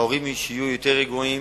ההורים יהיו יותר רגועים,